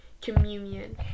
communion